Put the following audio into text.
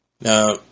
Now